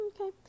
okay